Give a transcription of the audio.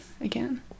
again